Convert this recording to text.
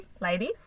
ladies